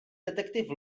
detektiv